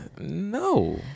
No